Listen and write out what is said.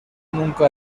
nunca